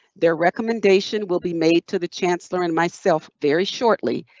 their recommendation will be made to the chancellor and myself very shortly.